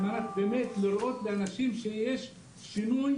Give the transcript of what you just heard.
על מנת להראות לאנשים שיש שינוי?